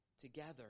together